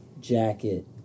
jacket